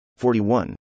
41